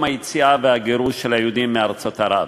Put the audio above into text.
היציאה והגירוש של היהודים מארצות ערב.